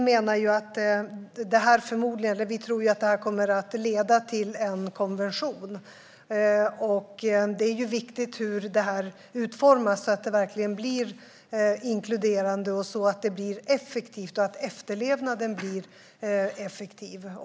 Herr talman! Vi tror att det här kommer att leda till en konvention. Det är viktigt hur detta utformas, så att det verkligen blir inkluderande och effektivt och så att efterlevnaden blir effektiv.